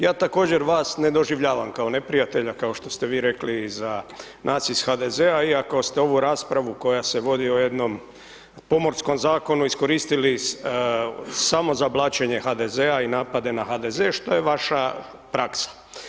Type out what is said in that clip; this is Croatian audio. Ja također vas ne doživljavam kao neprijatelja, kao što ste vi rekli za nas iz HDZ-a, iako ste ovu raspravu koja se vodi o jednom pomorskom zakonu iskoristili samo za blaćenje HDZ-a i napade na HDZ što je vaša praksa.